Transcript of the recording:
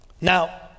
Now